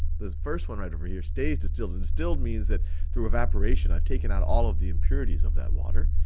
the first one right over here stays distilled, and distilled means that through evaporation i've taken out all of the impurities of that water,